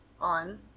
on